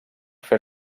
fer